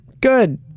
Good